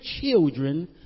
children